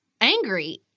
angry